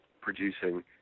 producing